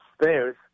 stairs